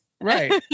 right